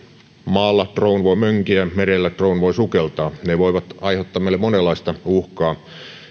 maalla drone voi mönkiä merellä drone voi sukeltaa ne voivat aiheuttaa meille monenlaista uhkaa